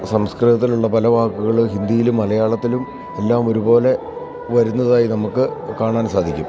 സംസ്കൃതത്തിലുള്ള പല വാക്കുകള് ഹിന്ദിയിലും മലയാളത്തിലുമെല്ലാം ഒരുപോലെ വരുന്നതായി നമുക്ക് കാണാൻ സാധിക്കും